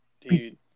dude